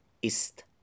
ist